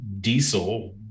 diesel